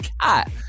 Cat